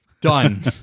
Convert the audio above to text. done